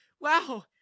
wow